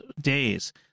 days